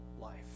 life